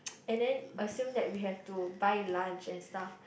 and then assume that we have to buy lunch and stuff